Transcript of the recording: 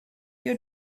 your